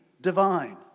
divine